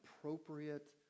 appropriate